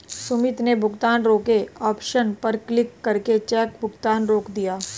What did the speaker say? सुमित ने भुगतान रोके ऑप्शन पर क्लिक करके चेक भुगतान रोक दिया